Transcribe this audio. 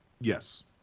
Yes